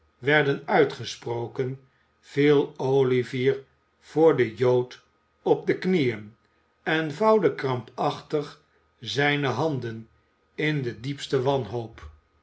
werden uitgesproken viel olivier voor den jood op de knieën en vouwde krampachtig zijne handen in de diepste wanhoop